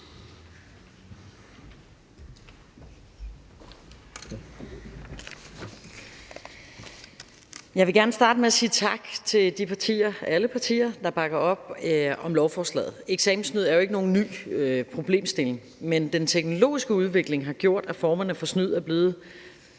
Jeg vil gerne starte med at sige tak til de partier – og det er alle partier – der bakker op om lovforslaget. Eksamenssnyd er jo ikke nogen ny problemstilling, men den teknologiske udvikling har gjort, at formerne for snyd er blevet